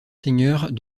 seigneurs